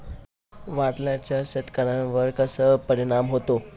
वादळाचा शेतकऱ्यांवर कसा परिणाम होतो?